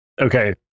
Okay